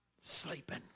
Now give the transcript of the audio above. sleeping